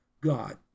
god